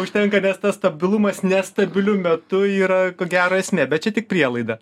užtenka nes tas stabilumas nestabiliu metu yra ko gero esmė bet čia tik prielaida